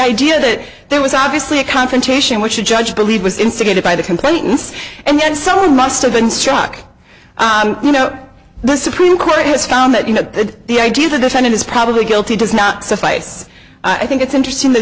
idea that there was obviously a confrontation which the judge believed was instigated by the complaints and then someone must have been struck you know the supreme court has found that you know the idea of the defendant is probably guilty does not suffice i think it's interesting the